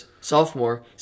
sophomore